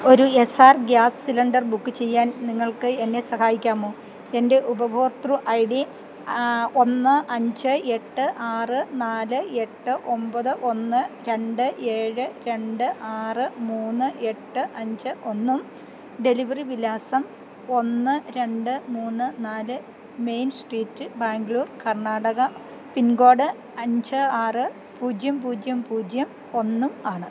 ഒരു Essar gas cylinder book ചെയ്യാൻ നിങ്ങൾക്ക് എന്നെ സഹായിക്കാമോ എൻ്റെ ഉപഭോക്തൃ ഐ ഡി ഒന്ന് അഞ്ച് എട്ട് ആറ് നാല് എട്ട് ഒമ്പത് ഒന്ന് രണ്ട് ഏഴ് രണ്ട് ആറ് മൂന്ന് എട്ട് അഞ്ച് ഒന്നും ഡെലിവറി വിലാസം ഒന്ന് രണ്ട് മൂന്ന് നാല് main street Bangalore Karnataka pin code അഞ്ച് ആറ് പൂജ്യം പൂജ്യം പൂജ്യം ഒന്നും ആണ്